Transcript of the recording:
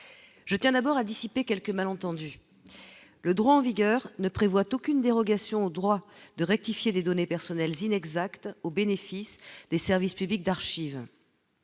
je tiens d'abord à dissiper quelques malentendus le droit en vigueur ne prévoit aucune dérogation au droit de rectifier des données personnelles inexactes au bénéfice des services publics d'archives,